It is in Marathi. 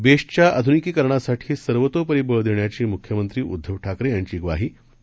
बेस्टच्याआधुनिकीकरणासाठीसर्वतोपरी बळ देण्याची मुख्यमंत्रीउद्धवठाकरेयांची ग्वाही आणि